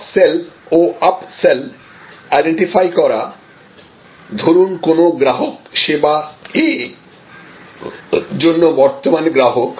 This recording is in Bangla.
ক্রস সেল ও আপ সেল আইডেন্টিফাই করা ধরুন কোন গ্রাহক সেবা A র জন্য বর্তমান গ্রাহক